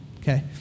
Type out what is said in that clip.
okay